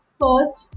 first